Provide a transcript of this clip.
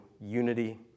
unity